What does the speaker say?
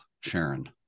Sharon